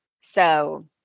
So-